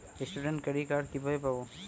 Student credit card কিভাবে পাব?